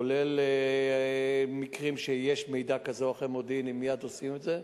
כולל מקרים שיש מידע מודיעיני כזה או אחר ומייד עושים את זה.